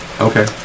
Okay